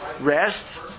rest